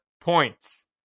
points